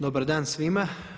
Dobar dan svima!